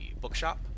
bookshop